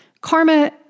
karma